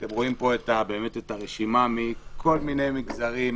אתם רואים פה את הרשימה מכל מיני מגזרים,